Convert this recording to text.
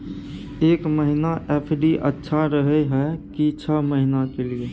एक महीना एफ.डी अच्छा रहय हय की छः महीना के लिए?